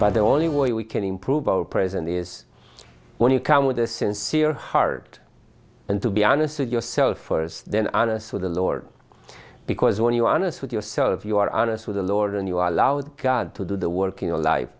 but the only way we can improve our present is when you come with a sincere heart and to be honest with yourself first then honest with the lord because when you're honest with yourself you are honest with the lord and you are allowed god to do the work in our life